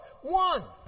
one